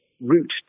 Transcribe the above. route